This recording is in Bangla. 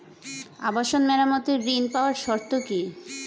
আবাসন মেরামতের ঋণ পাওয়ার শর্ত কি?